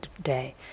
day